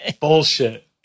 bullshit